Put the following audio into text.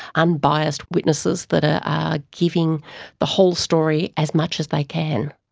unbiased witnesses that are giving the whole story as much as they can.